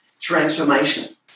transformation